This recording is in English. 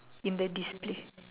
in the display